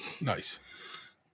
Nice